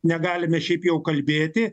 negalime šiaip jau kalbėti